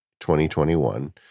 2021